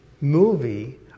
movie